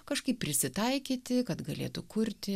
kažkaip prisitaikyti kad galėtų kurti